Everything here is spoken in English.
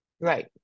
right